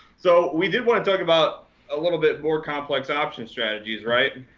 so we did want to talk about a little bit more complex option strategies, right?